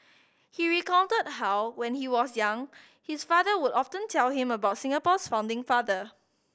he recounted how when he was young his father would often tell him about Singapore's founding father